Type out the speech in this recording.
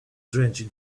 drenched